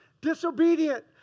disobedient